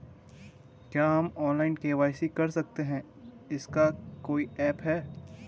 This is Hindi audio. क्या हम ऑनलाइन के.वाई.सी कर सकते हैं इसका कोई ऐप है?